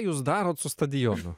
jūs darot su stadionu